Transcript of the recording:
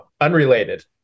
unrelated